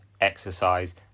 exercise